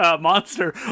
monster